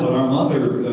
our mother,